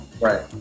Right